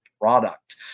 product